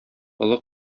олы